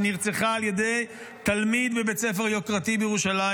שנרצחה על ידי תלמיד בבית ספר יוקרתי בירושלים,